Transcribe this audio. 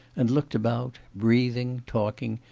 and looked about, breathing, talking,